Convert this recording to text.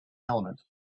element